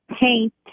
paint